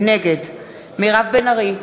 נגד מירב בן ארי,